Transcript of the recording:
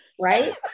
right